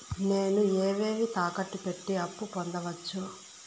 నేను ఏవేవి తాకట్టు పెట్టి అప్పు పొందవచ్చు?